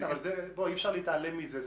אבל אי אפשר להתעלם מזה.